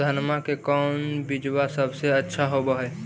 धनमा के कौन बिजबा सबसे अच्छा होव है?